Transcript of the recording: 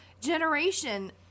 generation